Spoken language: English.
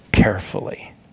Carefully